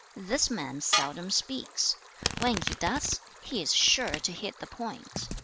this man seldom speaks when he does, he is sure to hit the point